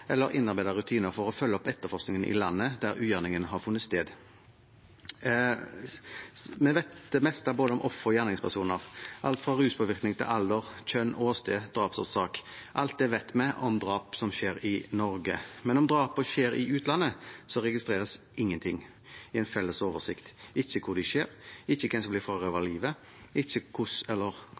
eller innarbeidede rutiner for å følge opp etterforskningen i landet der ugjerningen har funnet sted. Vi vet det meste både om ofre og gjerningspersoner, alt fra ruspåvirkning til alder, kjønn, åsted og drapsårsak. Alt det vet vi om drap som skjer i Norge, men om drapene skjer i utlandet, registreres ingenting i en felles oversikt – ikke hvor de skjer, ikke hvem som blir frarøvet livet, ikke hvordan eller